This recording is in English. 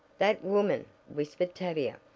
that woman! whispered tavia.